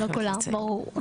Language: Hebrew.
לא כולם, ברור.